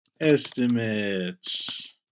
Estimates